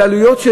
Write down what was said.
זה עלויות.